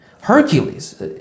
Hercules